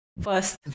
first